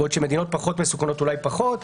בעוד שמדינות פחות מסוכנות אולי פחות.